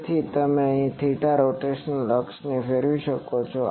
તેથી તે અહીં થીટા રોટેશનલ અક્ષને ફેરવી શકે છે